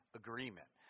agreement